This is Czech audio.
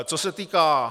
Co se týká